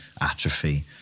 atrophy